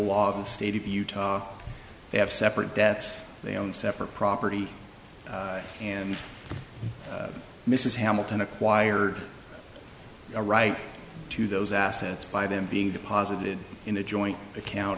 laws of the state of utah they have separate debts they own separate property and mrs hamilton acquired a right to those assets by them being deposited in a joint account